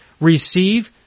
Receive